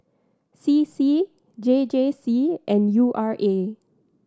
C C J J C and U R A